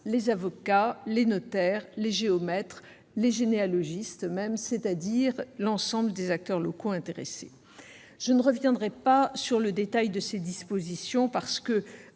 les avocats, les notaires, les géomètres, les généalogistes même, c'est-à-dire l'ensemble des acteurs locaux intéressés. Je ne reviendrai pas sur le détail de ces dispositions ; votre